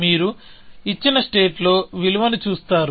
మీరు ఇచ్చిన స్టేట్ లో విలువను చూస్తారు